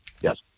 yes